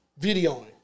videoing